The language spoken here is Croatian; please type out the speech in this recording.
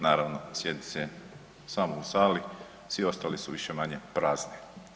Naravno, sjedi se samo u sali, svi ostali su više-manje prazni.